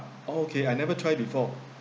okay I never try before